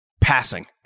Passing